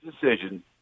decision